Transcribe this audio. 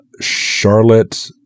Charlotte